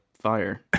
fire